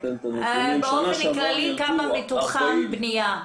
באופן כללי כמה מתוכם בענף הבנייה?